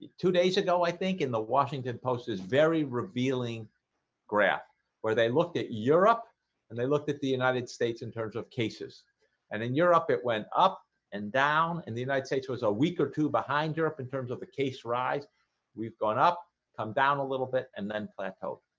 two days ago, i think in the washington post is very revealing graph where they looked at europe and they looked at the united states in terms of cases and in europe it went up and down and the united states was a week or two behind europe in terms of the case. rise we've gone up come down a little bit and then plateaued